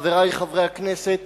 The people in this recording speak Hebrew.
חברי חברי הכנסת,